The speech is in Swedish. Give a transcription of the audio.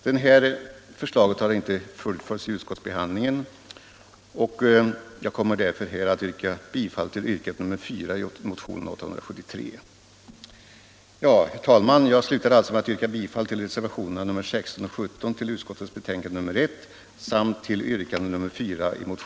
Det här förslaget har inte fullföljts i utskottsbehandlingen, och jag kommer därför att yrka bifall till det motionsyrkandet.